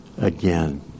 again